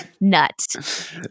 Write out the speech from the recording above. nut